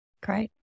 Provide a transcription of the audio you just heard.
Great